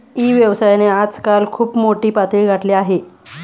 E व्यवसायाने आजकाल खूप मोठी पातळी गाठली आहे